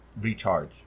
recharge